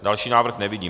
Další návrh nevidím.